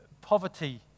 poverty